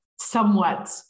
somewhat